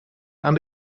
aan